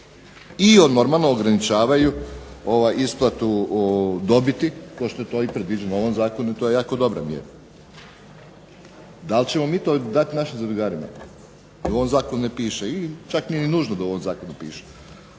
I normalno ograničavaju isplatu dobiti kao što je to predviđeno i u ovom zakonu i to je jako dobra mjera. Da li ćemo mi to dati našim zadrugarima? U ovom zakonu ne piše, i čak nije ni nužno da u ovom zakonu piše.